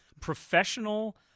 professional